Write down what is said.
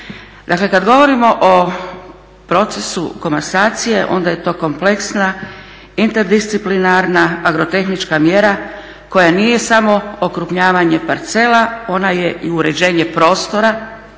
Dakle kada govorimo o procesu komasacije onda je to kompleksna interdisciplinarna agrotehnička mjera koja nije samo okrupnjavanje parcela, ona je i uređenje prostora,